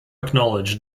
acknowledged